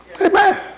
Amen